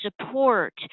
support